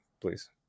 please